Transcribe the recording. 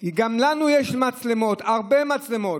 כי גם לנו יש מצלמות, הרבה מצלמות.